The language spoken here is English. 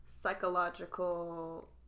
psychological